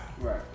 Right